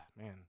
man